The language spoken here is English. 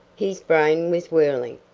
his brain was whirling,